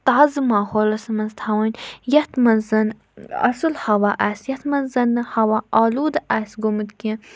تازٕ ماحولَس منٛز تھاوٕنۍ یَتھ منٛز زَن اَصٕل ہوا آسہِ یَتھ منٛز زَن نہٕ ہوا آلوٗدٕ آسہِ گوٚمُت کیٚنٛہہ